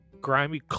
grimy